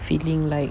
feeling like